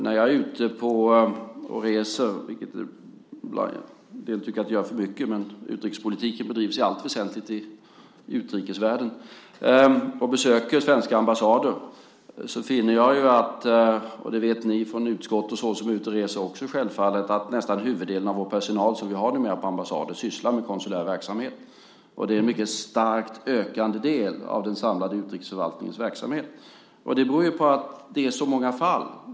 När jag är ute och reser - en del tycker att jag reser för mycket, men utrikespolitiken bedrivs i allt väsentligt i utrikesvärlden - och besöker svenska ambassader finner jag att nästan huvuddelen av vår personal på ambassader sysslar med konsulär verksamhet. Det vet ni från utskottet som också reser mycket. Det är en mycket starkt ökande del av den samlade utrikesförvaltningens verksamhet. Det beror på att det är så många fall.